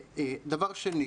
אני רק רוצה